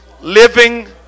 living